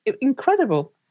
incredible